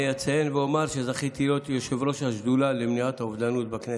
אני אציין ואומר שזכיתי להיות יושב-ראש השדולה למניעת אובדנות בכנסת.